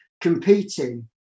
competing